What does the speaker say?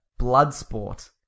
Bloodsport